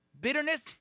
Bitterness